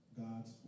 God's